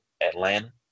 Atlanta